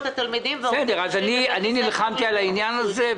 אני נלחמתי על העניין הזה.